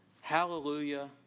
Hallelujah